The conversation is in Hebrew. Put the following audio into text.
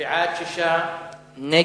בעד, שישה נגד,